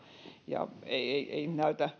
ja